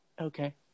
Okay